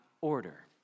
order